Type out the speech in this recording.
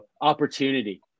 opportunity